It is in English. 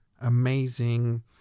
amazing